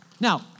Now